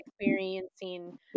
experiencing